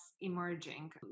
emerging